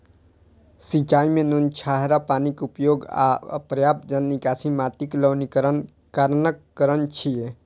सिंचाइ मे नोनछराह पानिक उपयोग आ अपर्याप्त जल निकासी माटिक लवणीकरणक कारण छियै